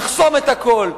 נחסום את הכול,